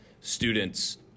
students